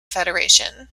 federation